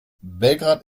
belgrad